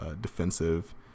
defensive